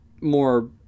more